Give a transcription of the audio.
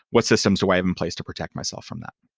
what systems do i have in place to protect myself from that?